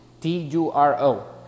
T-U-R-O